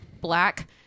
black